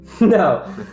No